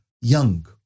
young